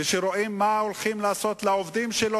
כשהוא רואה מה הולכים לעשות לעובדים שלו,